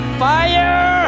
fire